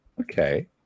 Okay